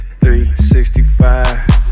365